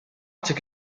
took